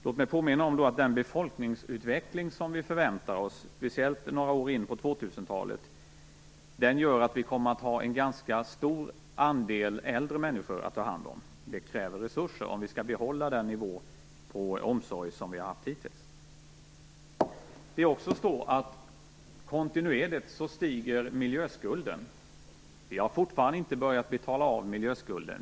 Låt mig då påminna om att den befolkningsutveckling som vi förväntar oss, speciellt några år in på 2000-talet, gör att vi kommer att ha en ganska stor andel äldre människor att ta hand om. Det krävs resurser om vi skall behålla den nivå på omsorg som vi har haft hittills. Miljöskulden stiger kontinuerligt. Vi har fortfarande inte börjat betala av miljöskulden.